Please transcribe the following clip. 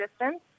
distance